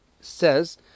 says